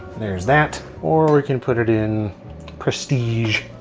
there's that, or we can put it in prestige.